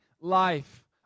life